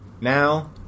Now